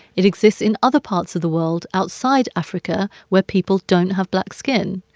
it exists in other parts of the world outside africa where people don't have black skin.